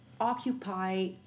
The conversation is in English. occupy